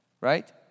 right